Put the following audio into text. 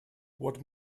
what